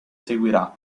seguirà